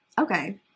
Okay